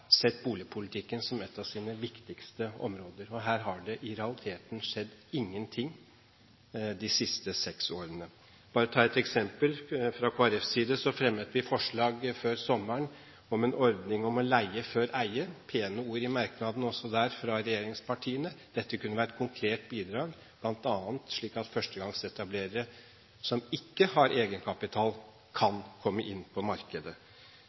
sett boligpolitikken som et av sine viktigste områder, og her har det i realiteten ikke skjedd noe de siste seks årene. For å ta et eksempel: Vi fremmet fra Kristelig Folkepartis side et forslag før sommeren om en ordning om «å leie før eie». Det var pene ord i merknadene fra regjeringspartiene også der. Dette kunne være et konkret bidrag, bl.a. slik at førstegangsetablerere som ikke har egenkapital, kan komme inn på markedet.